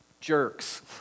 jerks